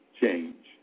change